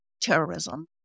terrorism